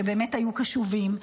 שבאמת היו קשובים,